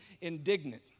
Indignant